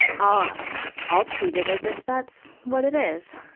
ah i'll treat it as if that's what it is.